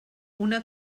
una